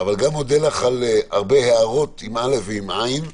אבל מודה לך על הרבה הארות עם אל"ף והערות עם עי"ן,